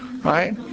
right